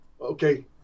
okay